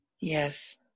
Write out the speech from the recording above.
Yes